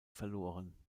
verloren